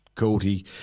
Cody